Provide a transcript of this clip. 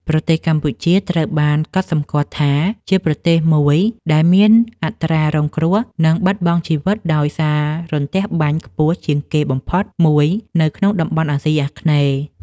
ប្រទេសកម្ពុជាត្រូវបានកត់សម្គាល់ថា ជាប្រទេសមួយដែលមានអត្រារងគ្រោះ និងបាត់បង់ជីវិតដោយសាររន្ទះបាញ់ខ្ពស់ជាងគេបំផុតមួយនៅក្នុងតំបន់អាស៊ីអាគ្នេយ៍។